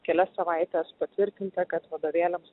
kelias savaites patvirtinta kad vadovėliams